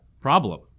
problem